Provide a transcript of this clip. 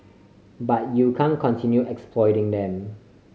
but you can continue exploiting them